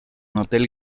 hotel